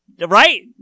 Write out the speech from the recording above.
Right